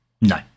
No